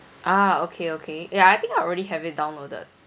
ah okay okay ya I think I already have it downloaded